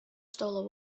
stole